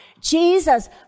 Jesus